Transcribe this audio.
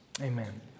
amen